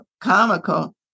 comical